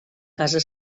casa